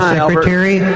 Secretary